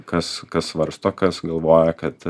kas kas svarsto kas galvoja kad